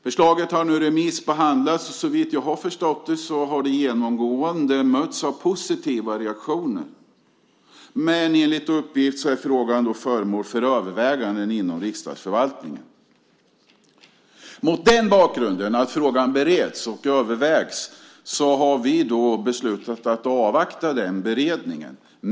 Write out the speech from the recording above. Betänkandet har remissbehandlats, och såvitt jag förstår har det genomgående mötts av positiva reaktioner. Enligt uppgift är frågan emellertid föremål för överväganden inom riksdagsförvaltningen. Mot bakgrund av att frågan bereds och övervägs har vi beslutat att avvakta beredningen.